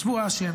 ישבו, האשם